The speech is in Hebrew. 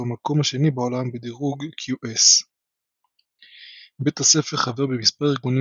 ובמקום השני בעולם בדירוג QS. בית הספר חבר במספר ארגונים